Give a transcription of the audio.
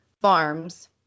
farms